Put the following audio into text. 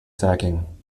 sacking